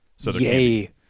Yay